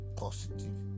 positive